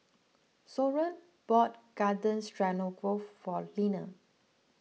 Soren bought Garden Stroganoff for Linna